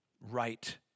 right